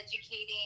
educating